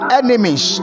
enemies